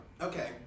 okay